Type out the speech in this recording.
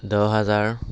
দহ হাজাৰ